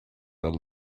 that